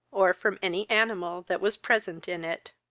or from any animal that was present in it.